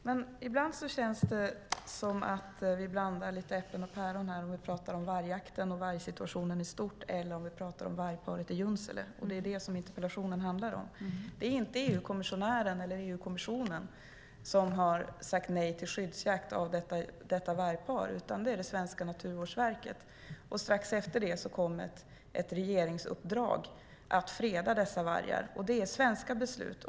Herr talman! Ibland känns det som om vi blandar äpplen och päron här. Pratar vi om vargjakten och vargsituationen i stort eller om vargparet i Junsele som interpellationen handlar om? Det är inte EU-kommissionären eller EU-kommissionen som har sagt nej till skyddsjakt på detta vargpar, utan det är det svenska Naturvårdsverket. Strax efter det kom ett regeringsuppdrag att freda dessa vargar. Det är svenska beslut.